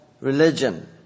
religion